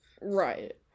Right